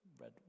red